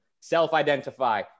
self-identify